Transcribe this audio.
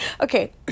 okay